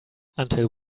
until